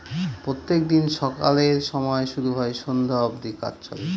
প্রত্যেক দিন সকালের সময় শুরু হয় সন্ধ্যা অব্দি কাজ চলে